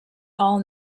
all